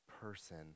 person